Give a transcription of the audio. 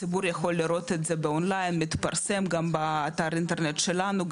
הציבור יכול לראות את זה באון ליין מתפרסם גם באתר אינטרנט שלנו,